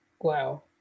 Wow